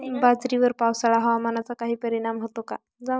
बाजरीवर पावसाळा हवामानाचा काही परिणाम होतो का?